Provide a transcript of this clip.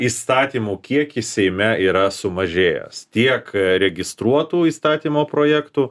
įstatymų kiekis seime yra sumažėjęs tiek registruotų įstatymo projektų